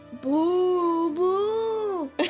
boo-boo